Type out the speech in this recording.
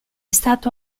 stato